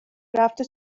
رفته